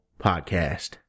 Podcast